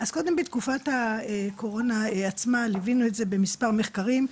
אז קודם בתקופת הקורונה עצמה ליווינו את זה במספר מחקרים,